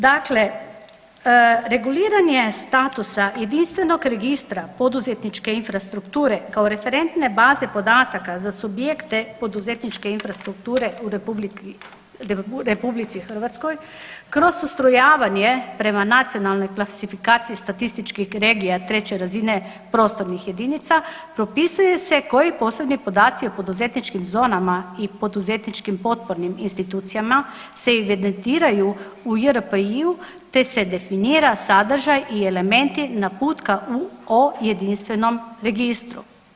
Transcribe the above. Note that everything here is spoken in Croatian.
Dakle, reguliranje statusa jedinstvenog registra poduzetničke infrastrukture kao referentne baze podataka za subjekte poduzetničke infrastrukture u RH kroz ustrojavanje prema nacionalnoj kvalifikaciji statističkih regija treće razine prostornih jedinica propisuje se koji posebni podaci o poduzetničkim zonama i poduzetničkim potpornim institucijama se evidentiraju u JRPI-u, te se definira sadržaj i elementi naputka u o jedinstvenom registru.